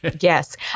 Yes